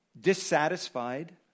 Dissatisfied